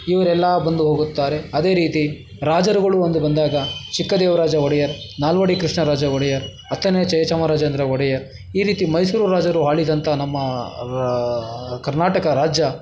ಇವರೆಲ್ಲಾ ಬಂದು ಹೋಗುತ್ತಾರೆ ಅದೇ ರೀತಿ ರಾಜರುಗಳು ಒಂದು ಬಂದಾಗ ಚಿಕ್ಕ ದೇವರಾಜ ಒಡೆಯರ್ ನಾಲ್ವಡಿ ಕೃಷ್ಣರಾಜ ಒಡೆಯರ್ ಹತ್ತನೇ ಜಯ ಚಾಮರಾಜೇಂದ್ರ ಒಡೆಯ ಈ ರೀತಿ ಮೈಸೂರು ರಾಜರು ಆಳಿದಂಥ ನಮ್ಮ ರಾ ಕರ್ನಾಟಕ ರಾಜ್ಯ